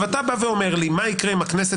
אתה בא ואומר לי: מה יקרה אם הכנסת